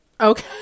okay